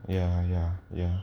ya ya ya